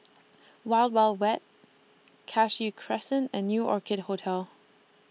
Wild Wild Wet Cashew Crescent and New Orchid Hotel